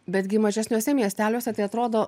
bet gi mažesniuose miesteliuose tai atrodo